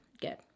good